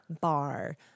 bar